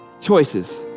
choices